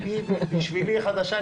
בשבילי היא חדשה.